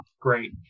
Great